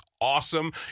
awesome